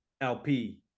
LP